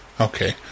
Okay